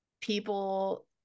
people